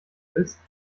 willst